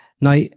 Now